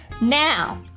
Now